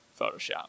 photoshop